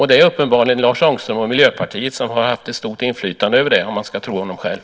Det är uppenbarligen Lars Ångström och Miljöpartiet som har haft ett stort inflytande över det, om man ska tro honom själv.